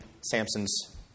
Samson's